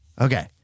okay